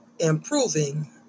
Improving